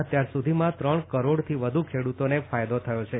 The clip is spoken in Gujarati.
અત્યાર સુધીમાં ત્રણ કરોડથી વધુ ખેડુતોને ફાયદો થયો છે